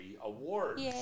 awards